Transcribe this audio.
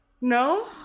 no